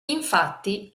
infatti